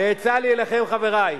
ועצה לי אליכם, חברי,